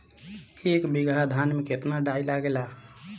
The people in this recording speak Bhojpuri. एक बीगहा धान में केतना डाई लागेला?